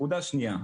נקודה שנייה,